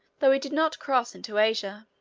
though he did not cross into asia.